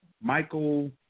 Michael